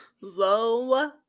Low